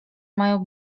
mają